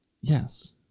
yes